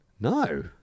no